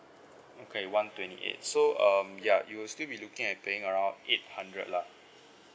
okay one twenty eight so um ya you will still be looking at paying around eight hundred lah